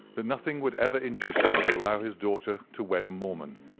that nothing would ever induce him to allow his daughter to wed a mormon.